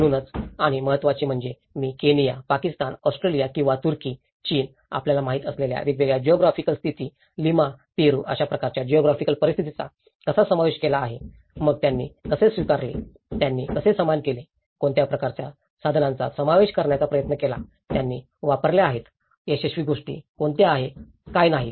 म्हणूनच आणि महत्त्वाचे म्हणजे मी केनिया पाकिस्तान ऑस्ट्रेलिया किंवा तुर्की चीन आपल्याला माहित असलेल्या वेगवेगळ्या जिऑग्राफिकल स्थिती लिमा पेरू अशा प्रकारच्या जिऑग्राफिकल परिस्थितींचा कसा समावेश केला आहे मग त्यांनी कसे स्वीकारले त्यांनी कसे सामना केले कोणत्या प्रकारच्या साधनांचा समावेश करण्याचा प्रयत्न केला त्यांनी वापरल्या आहेत यशस्वी गोष्टी कोणत्या आहेत काय नाही